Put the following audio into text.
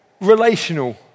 relational